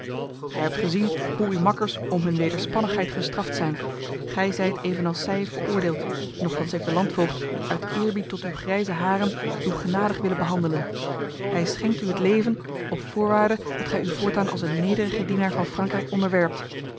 gij hebt gezien hoe uw makkers om hun wederspannigheid gestraft zijn gij zijt evenals zij veroordeeld nochtans heeft de landvoogd uit eerbied tot uw grijze haren u genadig willen behandelen hij schenkt u het leven op voorwaarde dat gij u voortaan als een nederige dienaar van frankrijk onderwerpt